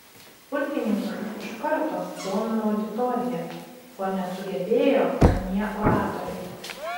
pulkininkas iš karto sudomino auditoriją ko nesugebėjo anie oratoriai